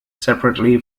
separately